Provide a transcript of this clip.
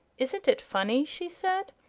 isn't it funny? she said.